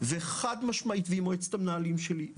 ועם מועצת המנהלים שלי.